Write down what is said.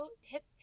hip